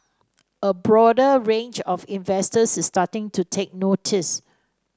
a broader range of investors is starting to take notice